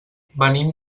venim